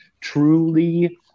Truly